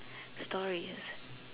stories